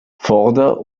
vorder